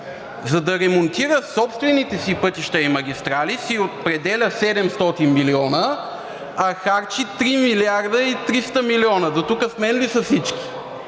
За да ремонтира собствените си пътища и магистрали си определя 700 милиона, а харчи 3,300 милиона. Дотук с мен ли са всички?